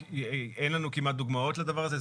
אין לנו כמעט דוגמאות לדבר הזה,